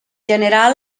general